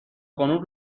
خانوم